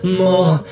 more